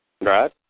Right